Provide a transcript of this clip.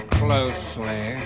closely